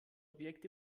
objekt